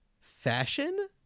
fashion